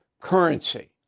currency